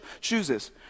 chooses